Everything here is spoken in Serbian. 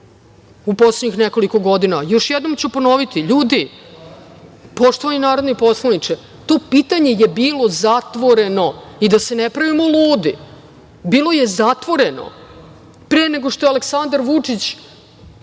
u poslednjih nekoliko godina. Još jednom ću ponoviti. Ljudi, poštovani narodni poslaniče, to pitanje je bilo zatvoreno, i da se ne pravimo ludi, bilo je zatvoreno pre nego što je Aleksandar Vučić